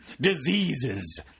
diseases